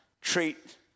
treat